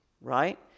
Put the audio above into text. right